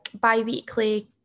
bi-weekly